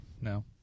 No